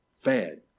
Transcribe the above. Fed